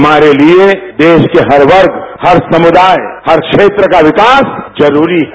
हमारे लिए देश के हर वर्ग हर समुदाय हर क्षेत्र का विकास जरूरी है